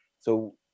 So-